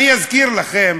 שלא ינצלו אותם.